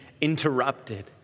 interrupted